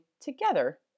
together